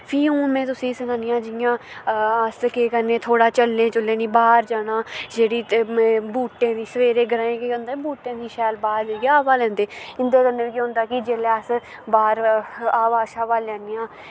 फ्ही हून में तुसेंगी सनानी आं जियां अस केह् करने आं थोह्ड़ा चलने चुलने निं बाह्र जाना जेह्ड़ी बूह्टें दी सवेरे ग्राएं केह् होंदा बूह्टें दी शैल बाह्र जाइयै हवा लैंदे उं'दे कन्नै केह् होंदा कि जेल्लै अस बाह्र हवा शवा लैन्ने आं